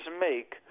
make